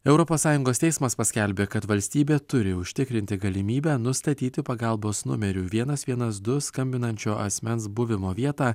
europos sąjungos teismas paskelbė kad valstybė turi užtikrinti galimybę nustatyti pagalbos numeriu vienas vienas du skambinančio asmens buvimo vietą